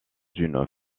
une